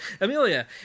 Amelia